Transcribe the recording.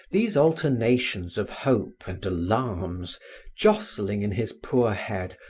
these alternations of hope and alarms jostling in his poor head,